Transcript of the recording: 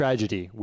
Tragedy